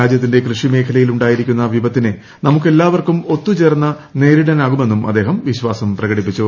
രാജ്യത്തിന്റെ കൃഷിമേഖലയിൽ ഉണ്ടായിരിക്കുന്ന വിപത്തിനെ നമുക്കെല്ലാവർക്കും ഒത്തു ചേർന്ന് നേരിടാനാകുമെന്നും അദ്ദേഹം വിശ്വാസം പ്രകടിപ്പിച്ചു